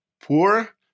poor